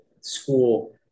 school